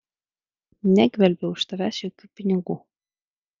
negvelbiau iš tavęs jokių pinigų